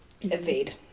evade